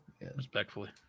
Respectfully